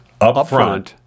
upfront